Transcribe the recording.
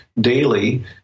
daily